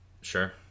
Sure